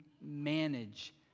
manage